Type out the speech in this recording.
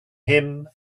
him